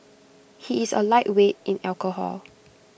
he is A lightweight in alcohol